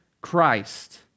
Christ